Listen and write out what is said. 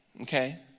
Okay